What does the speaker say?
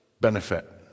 benefit